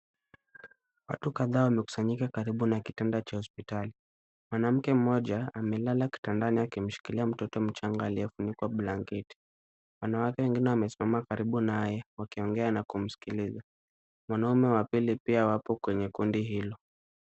Watu kadhaa wamekusanyika karibu na kitanda cha hospitali. Mwanamke mmoja amelala kitandani akimshikilia mtoto mchanga aliyefunikwa blanketi. Wanawake wengine wamesimama karibu naye wakiongea na kumsikiliza. Mwanaume wa pili pia wako kwenye kundi hilo.